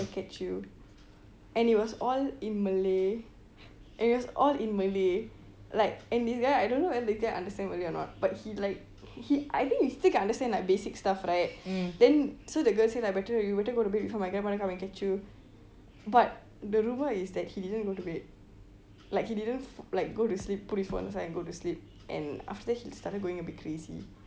catch you and it was all in malay and it was all in malay like and this guy I don't whether this guy understand malay or not but he like he I think he still can understand like basic stuff right then so the girl say like better you better go to sleep before my grandmother come and catch you but the rumour is that he didn't go to bed like he didn't like go to sleep put his phone aside and go to sleep and after that he started going a bit crazy